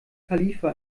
khalifa